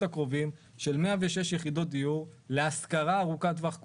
הקרובים של 106 יחידות דיור להשכרה ארוכת טווח,